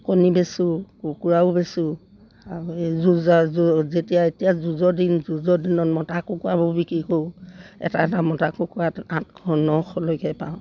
কণী বেচোঁ কুকুৰাও বেচোঁ আৰু এই যেতিয়া এতিয়া যুঁজৰ দিন যুঁজৰ দিনত মতা কুকুৰাবোৰ বিক্ৰী কৰোঁ এটা এটা মতা কুকুৰাত আঠশ নশলৈকে পাওঁ